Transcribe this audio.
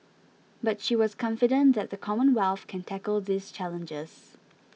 but she was confident that the Commonwealth can tackle these challenges